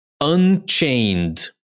unchained